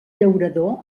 llaurador